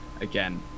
again